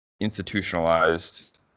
institutionalized